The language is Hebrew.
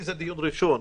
בשבילי זה דיון ראשון,